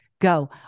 go